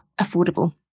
affordable